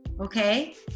okay